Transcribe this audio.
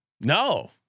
No